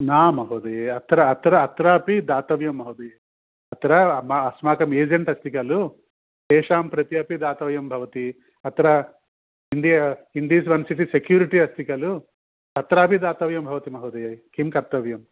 न महोदये अत्र अत्र अत्रापि दातव्यं महोदये अत्र मा अस्माकं एजेण्ट् अस्ति खलु तेषां प्रति अपि दातव्यं भवति अत्र हिन्दी इन्डीस् वन् सिटि सिक्युरिटी अस्ति खलु तत्रापि दातव्यं भवति महोदये किं कर्तव्यम्